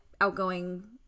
outgoing